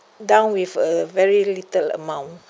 down with a very little amount